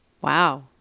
Wow